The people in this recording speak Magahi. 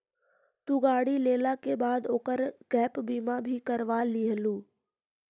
तु गाड़ी लेला के बाद ओकर गैप बीमा भी करवा लियहून